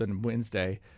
Wednesday